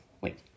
Wait